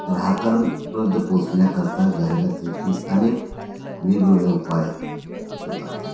ग्राहकांपर्यंत पोचण्याकरता जाहिरातीचे अनेक वेगवेगळे उपाय होतात